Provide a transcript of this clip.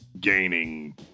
gaining